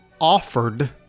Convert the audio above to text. offered